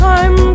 Time